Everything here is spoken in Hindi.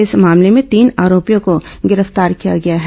इस मामले में तीन आरोपियों को गिरफ्तार किया गया है